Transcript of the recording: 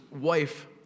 wife